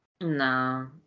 No